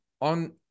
on